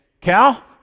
Cal